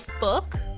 book